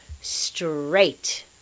straight